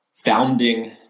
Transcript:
founding